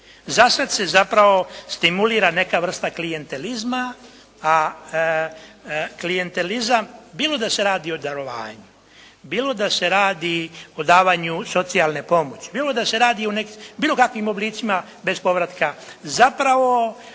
Za sada se zapravo stimulira neka vrsta klijentalizma, a klijentalizam bilo da se radi o darovanju, bilo da se radi o davanju socijalne pomoći, bilo da se radi o bilo kakvim oblicima bez povratka, zapravo